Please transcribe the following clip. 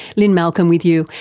lynne malcolm with you,